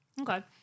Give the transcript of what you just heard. Okay